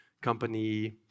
company